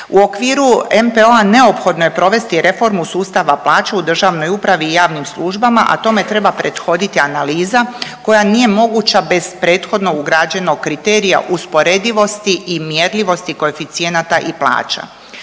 U okviru NPO-a neophodno je provesti reformu sustava plaća u državnoj upravi i javnim službama, a tome treba prethoditi analiza koja nije moguća bez prethodno ugrađenog kriterija usporedivosti i mjerljivosti koeficijenata i plaća.